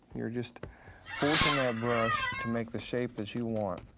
you're just forcing that brush to make the shape that you want.